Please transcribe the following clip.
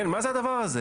כן, מה זה הדבר הזה?